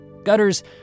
Gutters